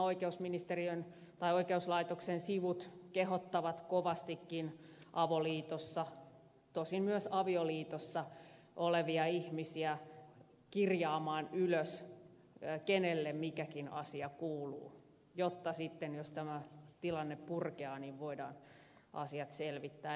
nämä oikeuslaitoksen sivut kehottavat kovastikin avoliitossa tosin myös avioliitossa olevia ihmisiä kirjaamaan ylös kenelle mikäkin asia kuuluu jotta sitten jos tämä tilanne purkautuu voidaan asiat selvittää